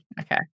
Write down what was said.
Okay